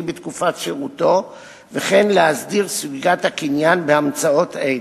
בתקופת שירותו וכן להסדיר את סוגיית הקניין באמצאות אלה.